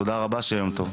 תודה רבה, שיהיה יום טוב.